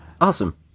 Awesome